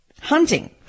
Hunting